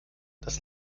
das